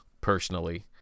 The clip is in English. personally